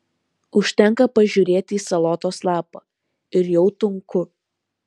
užtenka pažiūrėti į salotos lapą ir jau tunku